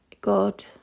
God